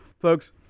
Folks